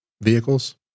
vehicles